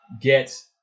get